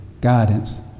guidance